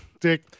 Dick